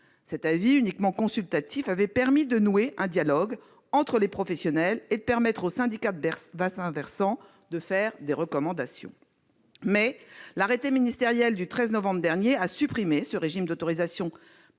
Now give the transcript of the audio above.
Cet avis, uniquement consultatif, avait favorisé le dialogue entre les professionnels et avait permis au syndicat de bassins versants de faire des recommandations. L'arrêté ministériel du 13 novembre dernier a supprimé ce régime d'autorisation préalable